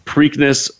Preakness